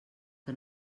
que